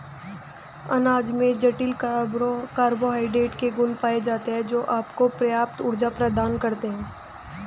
अनाज में जटिल कार्बोहाइड्रेट के गुण पाए जाते हैं, जो आपको पर्याप्त ऊर्जा प्रदान करते हैं